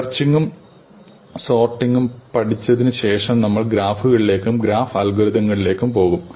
സെർച്ചിങ്ങും സോർട്ടിങ്ങും പഠിച്ചതിനു ശേഷം നമ്മൾ ഗ്രാഫുകളിലേക്കും ഗ്രാഫ് അൽഗോരിതങ്ങളിലേക്കും പോകും